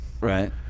Right